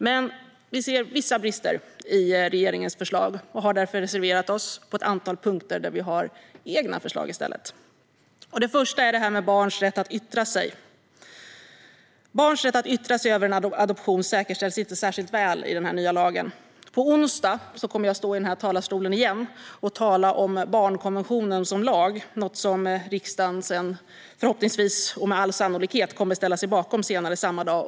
Men vi ser vissa brister i regeringens förslag och har därför reserverat oss på ett antal punkter där vi har egna förslag i stället. Det första är det här med barns rätt att yttra sig. Barns rätt att yttra sig över en adoption säkerställs inte särskilt väl i den nya lagen. På onsdag kommer jag att stå i den här talarstolen igen och tala om barnkonventionen som lag, något som riksdagen förhoppningsvis och med all sannolikhet kommer att ställa sig bakom senare samma dag.